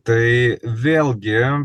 tai vėlgi